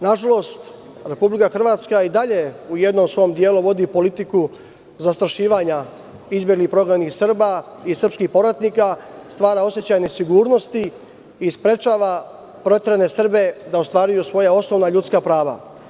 Nažalost, Republika Hrvatska i dalje u jednom svom delu vodi politiku zastrašivanja izbeglih i prognanih Srba i srpskih povratnika, stvara osećaj nesigurnosti i sprečava proterane Srbe da ostvaruju svoja osnovna ljudska prava.